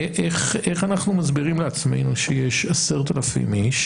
איך אנחנו מסבירים לעצמנו שיש 10,000 איש,